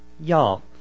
y'all